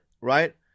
right